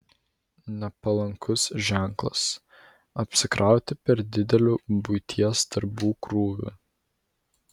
nepalankus ženklas apsikrauti per dideliu buities darbų krūviu